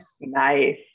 Nice